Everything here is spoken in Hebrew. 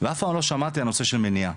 ואף פעם לא שמעתי את הנושא של מניעה,